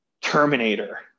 Terminator